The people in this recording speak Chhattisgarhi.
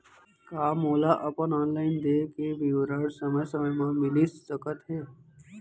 का मोला अपन ऑनलाइन देय के विवरण समय समय म मिलिस सकत हे?